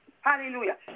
hallelujah